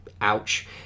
ouch